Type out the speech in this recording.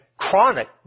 Chronic